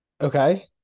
Okay